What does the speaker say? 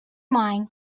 mind